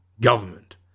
government